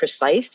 precise